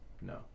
No